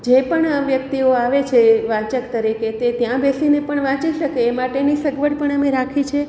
જે પણ વ્યક્તિઓ આવે છે વાચક તરીકે તે ત્યાં બેસીને પણ વાંચી શકે એ માટેની સગવડ પણ અમે રાખી છે